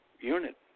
unit